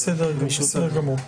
בסדר גמור.